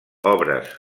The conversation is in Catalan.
obres